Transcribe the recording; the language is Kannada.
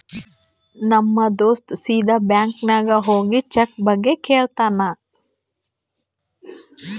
ನಮ್ ದೋಸ್ತ ಸೀದಾ ಬ್ಯಾಂಕ್ ನಾಗ್ ಹೋಗಿ ಚೆಕ್ ಬಗ್ಗೆ ಕೇಳ್ತಾನ್